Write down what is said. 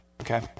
okay